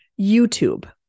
YouTube